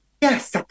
Yes